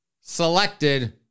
selected